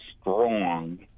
strong